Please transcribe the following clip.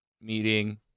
meeting